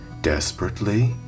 desperately